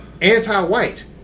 anti-white